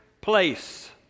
place